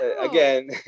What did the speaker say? again